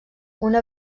una